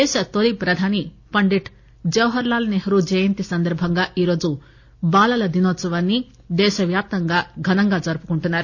దేశ తొలి ప్రధాని పండిట్ జవహర్లాల్ నెహ్రూ జయంతి సందర్బంగా ఈరోజు బాలల దినోత్సవాన్సి దేశ వ్యాప్తంగా ఘనంగా జరుపుకుంటున్నారు